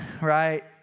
right